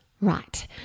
Right